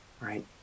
right